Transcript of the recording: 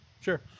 sure